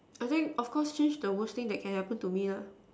I think of course the worst thing that can happen to me lah